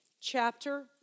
chapter